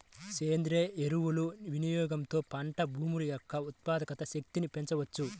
సేంద్రీయ ఎరువుల వినియోగంతో పంట భూముల యొక్క ఉత్పాదక శక్తిని పెంచవచ్చు